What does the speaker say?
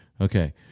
Okay